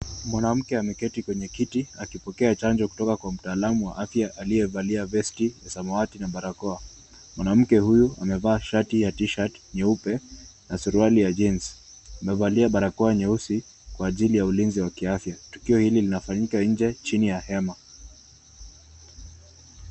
Mwanamke ameketi kwenye kiti akipokea chanjo kutoka kwa mtaalamu wa afya amevalia vesti ya samawati na barakoa. Mwanamke huyu amevaa shati ya tishati nyeupe na suruali ya jins. Amevalia barakoa nyeusi kwa ajili ya ulinzi ya kiafya. Tukio hili linafanyika nje chini ya hema.